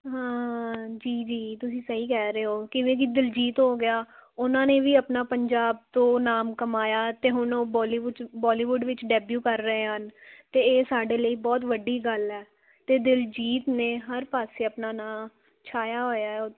ਹਾਂ ਜੀ ਜੀ ਤੁਸੀਂ ਸਹੀ ਕਹਿ ਰਹੇ ਹੋ ਕਿਵੇਂ ਕਿ ਦਿਲਜੀਤ ਹੋ ਗਿਆ ਉਹਨਾਂ ਨੇ ਵੀ ਆਪਣਾ ਪੰਜਾਬ ਤੋਂ ਨਾਮ ਕਮਾਇਆ ਅਤੇ ਹੁਣ ਉਹ ਬੋਲੀਵੁੱਡ 'ਚ ਬੋਲੀਵੁੱਡ ਵਿੱਚ ਡੈਬਿਊ ਕਰ ਰਹੇ ਹਨ ਅਤੇ ਇਹ ਸਾਡੇ ਲਈ ਬਹੁਤ ਵੱਡੀ ਗੱਲ ਹੈ ਅਤੇ ਦਿਲਜੀਤ ਨੇ ਹਰ ਪਾਸੇ ਆਪਣਾ ਨਾਂ ਛਾਇਆ ਹੋਇਆ